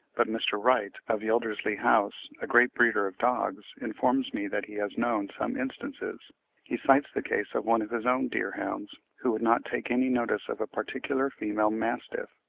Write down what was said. but mr. wright, of yeldersley house, a great breeder of dogs, informs me that he has known some instances he cites the case of one of his own deerhounds, who would not take any notice of a particular female mastiff,